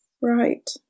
Right